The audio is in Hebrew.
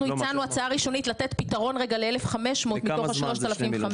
אנחנו הצענו הצעה ראשונית לתת פתרון רגע ל-1,500 מתוך ה-3,500.